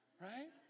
Right